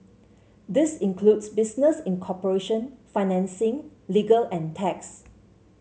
this includes business incorporation financing legal and tax